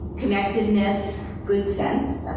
connectiveness, good sense.